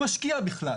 הוא משקיע בכלל.